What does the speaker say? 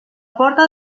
porta